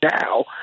now